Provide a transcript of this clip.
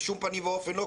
בשום פנים ואופן לא,